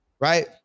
right